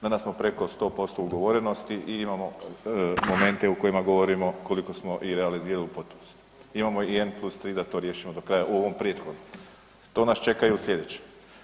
Danas smo preko 100% ugovorenosti i imamo momente u kojima govorimo koliko smo i realizirali u potpunosti, imamo i M+3 da to riješimo do kraja u ovom prethodnom, to nas čeka u slijedećem.